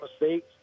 mistakes